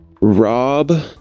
Rob